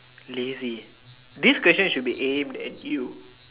lazy this question should be aimed at you